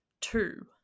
two